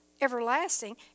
everlasting